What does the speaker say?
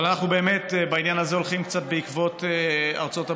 אבל אנחנו בעניין הזה הולכים קצת בעקבות ארצות הברית,